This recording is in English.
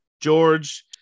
George